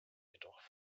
jedoch